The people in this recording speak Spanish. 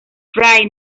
fry